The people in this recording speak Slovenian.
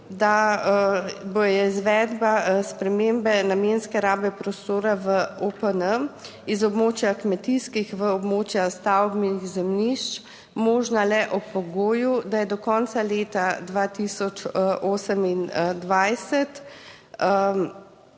da bo izvedba spremembe namenske rabe prostora v OPN iz območja kmetijskih v območja stavbnih zemljišč možna le ob pogoju, da je do konca leta 2028